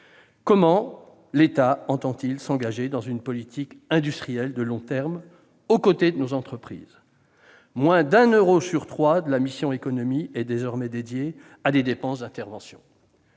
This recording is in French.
comment l'État entend-il s'engager dans une politique industrielle de long terme aux côtés de nos entreprises ? Moins d'un euro sur trois de la mission « Économie » est désormais alloué à des dépenses d'intervention